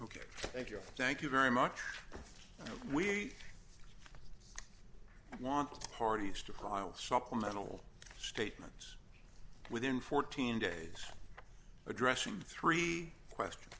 ok thank you thank you very much we want parties to pile supplemental statements within fourteen days addressing three questions